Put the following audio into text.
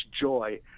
joy